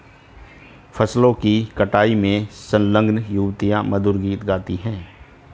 फसलों की कटाई में संलग्न युवतियाँ मधुर गीत गाती हैं